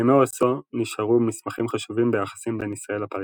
הסכמי אוסלו נשארו מסמכים חשובים ביחסים בין ישראל לפלסטינים.